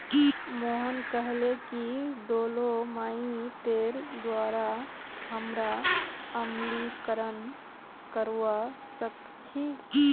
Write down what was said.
मोहन कहले कि डोलोमाइटेर द्वारा हमरा अम्लीकरण करवा सख छी